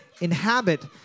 inhabit